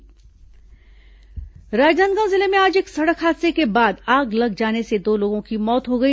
दुर्घटना राजनांदगांव जिले में आज एक सड़क हादसे के बाद आग लग जाने से दो लोगों की मौत हो गई